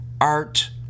art